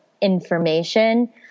information